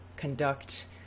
conduct